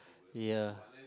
ya